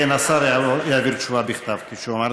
כן, השר יעביר תשובה בכתב, כפי שהוא אמר.